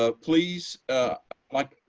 ah please like,